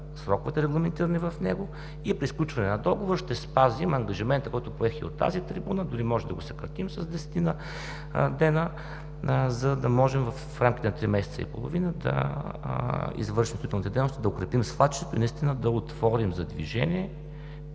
сроковете, регламентирани в него. При сключване на договор ще спазим ангажимента, който поех от тази трибуна, дори може да го съкратим с десетина дена, за да можем в рамките на три месеца и половина да извършим строителните дейности, да укрепим свлачищата и да отворим за движение